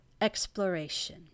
exploration